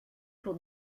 pour